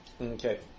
Okay